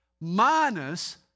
minus